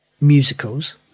musicals